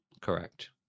Correct